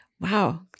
Wow